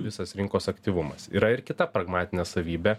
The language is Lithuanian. visas rinkos aktyvumas yra ir kita pragmatinė savybė